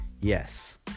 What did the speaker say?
Yes